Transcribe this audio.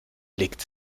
legt